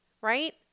right